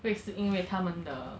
会是因为他们的